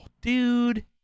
dude